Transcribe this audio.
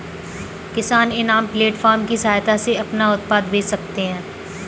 किसान इनाम प्लेटफार्म की सहायता से अपना उत्पाद बेच सकते है